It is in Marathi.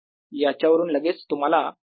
याच्या वरून लगेच तुम्हाला हे मिळेल